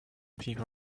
people